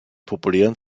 populären